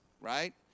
right